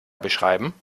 beschreiben